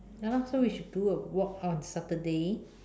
ya lah so we should do a walk on Saturday